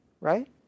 right